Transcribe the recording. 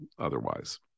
otherwise